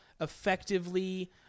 effectively